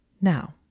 Now